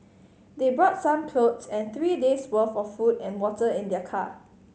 they brought some clothes and three days' worth of food and water in their car